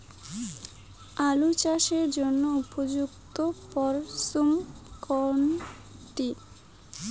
আলু চাষের জন্য উপযুক্ত মরশুম কোনটি?